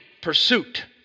pursuit